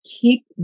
keep